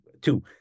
two